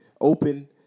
open